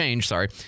Sorry